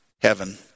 heaven